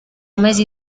mesi